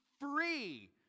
free